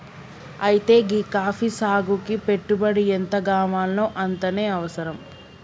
అయితే గీ కాఫీ సాగుకి పెట్టుబడి ఎంతగావాల్నో అంతనే అవసరం